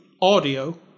audio